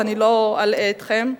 ואני לא אלאה אתכם.